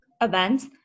events